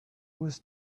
was